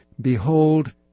Behold